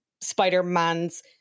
Spider-Mans